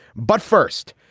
but first,